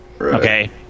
Okay